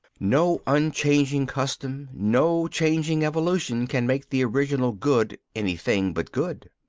no unchanging custom, no changing evolution can make the original good any thing but good.